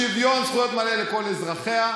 שוויון זכויות מלא לכל אזרחיה,